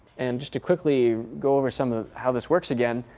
and just to quickly go over some of how this works again,